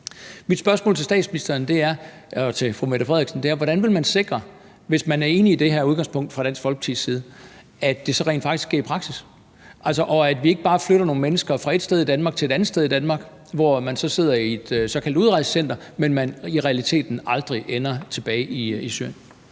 Mit spørgsmål til fru Mette Frederiksen er: Hvordan vil man sikre, hvis man er enig i Dansk Folkepartis udgangspunkt, at det så rent faktisk sker i praksis, og at man ikke bare flytter nogle mennesker fra et sted i Danmark til et andet sted i Danmark, hvor de så sidder i et såkaldt udrejsecenter, men i realiteten aldrig ender tilbage i Syrien?